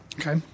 Okay